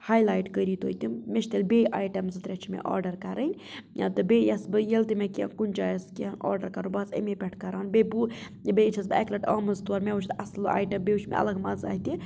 highlight کٔرِو تُہۍ تِم مےٚ چھِ تِیٚلہِ بیٚیہِ اَیٹَم زٕ ترٛےٚ چھِ مےٚ آرڈَر کَرٕنۍ یا تہٕ بیٚیہِ یژھہٕ بہٕ یِیٚلہِ تہِ مےٚ کُنہِ جایہِ آسہِ کِینٛہہ آرڈَر کَرُن بہٕ آسہٕ امے پؠٹھ کران بیٚیہِ چھس بہٕ اَکہِ لَٹہِ آمٕژ توٗر مےٚ وُچھ اَصٕل اَیٹَم بیٚیہِ وُچھ مےٚ اَلگ مزٕ اَتہِ